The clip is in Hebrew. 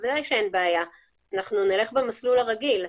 אין בעיה ואנחנו נלך במסלול הרגיל.